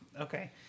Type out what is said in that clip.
Okay